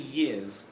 years